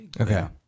Okay